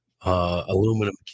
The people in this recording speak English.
Aluminum